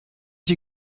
die